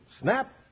Snap